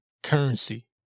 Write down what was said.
Currency